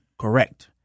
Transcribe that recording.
correct